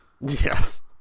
Yes